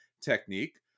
technique